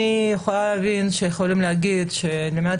אני יכולה להבין שיכולים להגיד שלמדינת